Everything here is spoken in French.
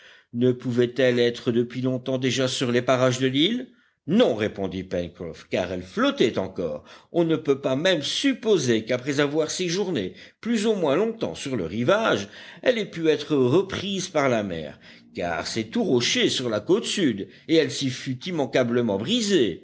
ne pouvait-elle être depuis longtemps déjà sur les parages de l'île non répondit pencroff car elle flottait encore on ne peut pas même supposer qu'après avoir séjourné plus ou moins longtemps sur le rivage elle ait pu être reprise par la mer car c'est tout rochers sur la côte sud et elle s'y fût immanquablement brisée